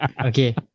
Okay